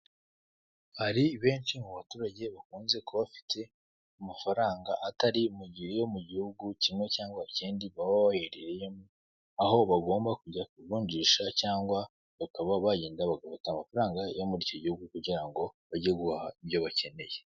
Hari benshi mu baturage bakunze kuba bafite amafaranga atari yo mu gihugu kimwe cyangwa ikindi baba babereyeyo aho bagomba kujya kuvunjisha cyangwa bakaba bagenda bagafata amafaranga yo muri icyo gihugu kugira ngo bajye guhaha ibyo bakeneye.